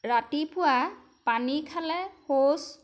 ৰাতিপুৱা পানী খালে শৌচ